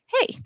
hey